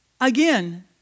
again